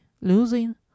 Losing